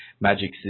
magic